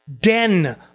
den